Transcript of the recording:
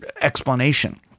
explanation